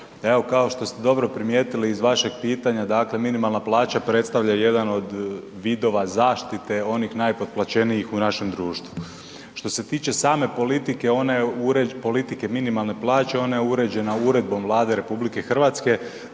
Evo, kao što ste dobro primijetili, iz vašeg pitanja, dakle minimalna plaća predstavlja jedan od vidova zaštite onih najpotplaćenijih u našem društvu. Što se tiče same politike one, politike minimalne plaće, ona je uređena Uredbom Vlade RH koju Vlada